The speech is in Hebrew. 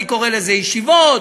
אני קורא לזה ישיבות,